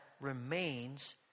remains